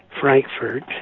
Frankfurt